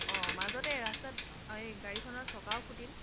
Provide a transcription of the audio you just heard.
অঁ মাজতে এই ৰাস্তাত এই গাড়ীখনৰ চকাও ফুটিল